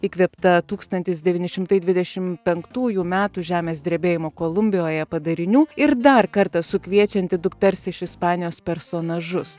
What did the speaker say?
įkvėpta tūkstantis devyni šimtai dvidešim penktųjų metų žemės drebėjimo kolumbijoje padarinių ir dar kartą sukviečianti dukters iš ispanijos personažus